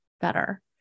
better